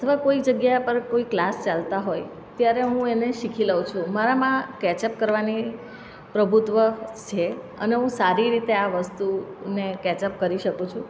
અથવા કોઈ જગ્યા પર કોઈ ક્લાસ ચાલતા હોય ત્યારે હું એને શીખી લઉં છું મારામાં કેચઅપ કરવાની પ્રભુત્ત્વ છે અને હું સારી રીતે આ વસ્તુને કેચપ કરી શકું છુ